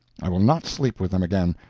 i will not sleep with them again,